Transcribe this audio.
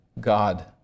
God